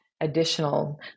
additional